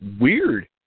weird